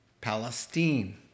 Palestine